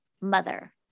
mother